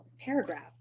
paragraph